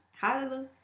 hallelujah